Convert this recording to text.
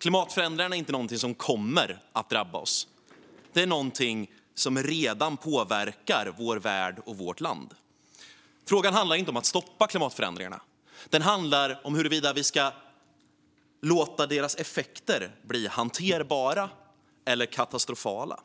Klimatförändringarna är inte något som kommer att drabba oss, utan det är något som redan påverkar vår värld och vårt land. Frågan handlar inte om att stoppa klimatförändringarna utan om huruvida vi ska låta deras effekter bli hanterbara eller katastrofala.